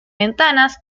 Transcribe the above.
ventanas